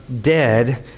dead